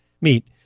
meet